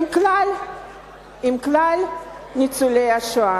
עם כלל ניצולי השואה.